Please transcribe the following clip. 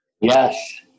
Yes